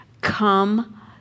Come